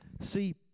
See